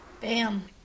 Bam